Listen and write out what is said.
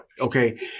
okay